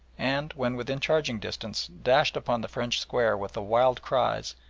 and, when within charging distance, dashed upon the french square with the wild cries,